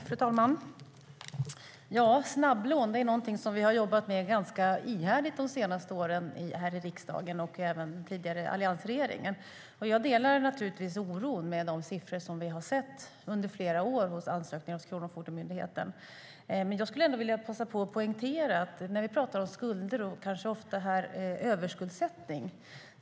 Fru talman! Snabblån är någonting som vi har jobbat med ganska ihärdigt under de senaste åren här i riksdagen och även i den tidigare alliansregeringen. Jag delar naturligtvis oron över de siffror som vi har sett under flera år när det gäller ansökningar hos Kronofogdemyndigheten. Jag skulle ändå vilja passa på att poängtera något när vi talar om skulder - och här handlar det ofta om överskuldsättning.